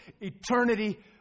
eternity